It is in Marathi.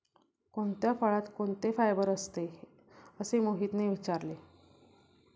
कोणत्या फळात कोणते फायबर असते? असे मोहितने विचारले